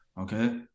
okay